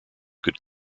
could